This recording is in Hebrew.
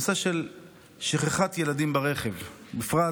הנושא הוא שכחת ילדים ברכב, בפרט